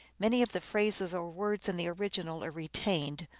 many of the phrases or words in the original are retained,